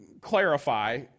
clarify